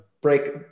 break